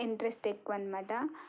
interest ఎక్కువన్నమాట